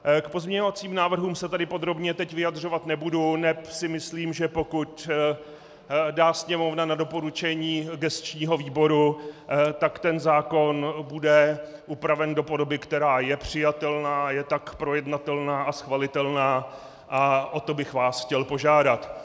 K pozměňovacím návrhům se tady podrobně teď vyjadřovat nebudu, neb si myslím, že pokud dá Sněmovna na doporučení gesčního výboru, tak ten zákon bude upraven do podoby, která je přijatelná, je tak projednatelná a schvalitelná a o to bych vás chtěl požádat.